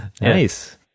nice